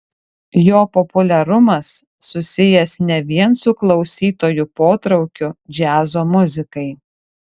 jo populiarumas susijęs ne vien su klausytojų potraukiu džiazo muzikai